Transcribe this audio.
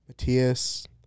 Matias